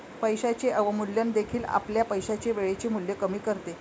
पैशाचे अवमूल्यन देखील आपल्या पैशाचे वेळेचे मूल्य कमी करते